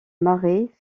marais